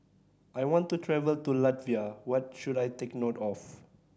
I want to travel to Latvia what should I take note of